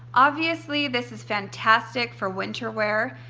obviously this is fantastic for winter wear.